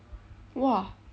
!wah!